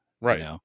Right